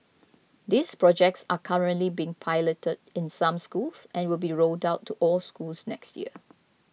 these projects are currently being piloted in some schools and will be rolled out to all schools next year